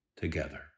together